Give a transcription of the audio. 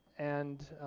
and